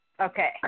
Okay